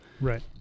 Right